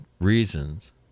reasons